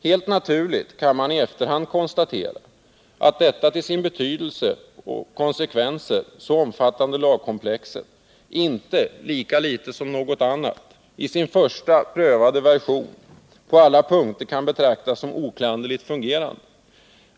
Helt naturligt kan man i efterhand konstatera att detta till sin betydelse och sina konsekvenser så omfattande lagkomplex inte, lika litet som något annat, i sin första prövade version på alla punkter kan betraktas som oklanderligt fungerande.